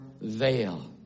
veil